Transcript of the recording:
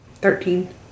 Thirteen